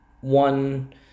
one